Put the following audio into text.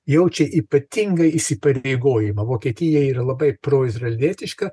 jaučia ypatingą įsipareigojimą vokietija yra labai proizraelietiška